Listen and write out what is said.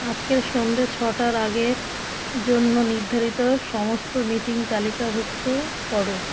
আজকের সন্ধে ছটার আগের জন্য নির্ধারিত সমস্ত মিটিং তালিকাভুক্ত করো